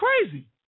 crazy